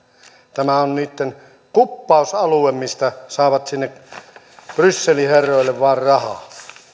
tämä on niitten kuppausalue mistä saavat sinne brysselin herroille vain rahaa